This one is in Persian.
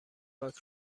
پاک